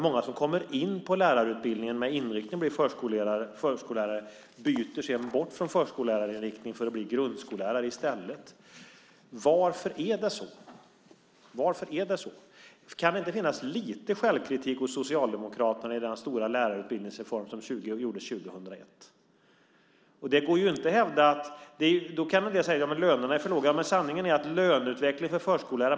Många som kommer in på lärarutbildningen med inriktning på att bli förskollärare byter sedan inriktning för att bli grundskollärare i stället. Varför är det så? Kan det inte finnas lite självkritik hos Socialdemokraterna när det gäller den stora lärarutbildningsreform som gjordes 2001? En del kanske då säger att lönerna är för låga. Man kan alltid tycka att de är för låga.